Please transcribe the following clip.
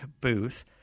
booth